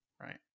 right